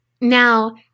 Now